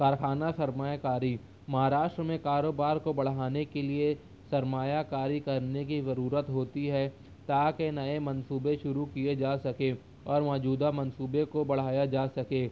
کارخانہ سرمایہ کاری مہاراشٹر میں کاروبار کو بڑھانے کے لیے سرمایہ کاری کرنے کی ضرورت ہوتی ہے تاکہ نئے منصوبے شروع کیے جا سکیں اور موجودہ منصوبے کو بڑھایا جا سکے